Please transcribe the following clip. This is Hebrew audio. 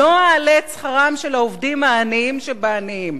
לא אעלה את שכרם של העובדים העניים שבעניים?